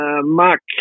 Mark